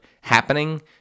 happening